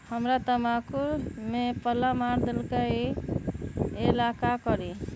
हमरा तंबाकू में पल्ला मार देलक ये ला का करी?